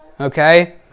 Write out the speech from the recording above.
Okay